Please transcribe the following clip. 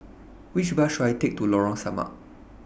Which Bus should I Take to Lorong Samak